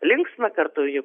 linksma kartu ji